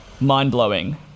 mind-blowing